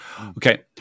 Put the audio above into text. Okay